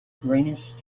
greenish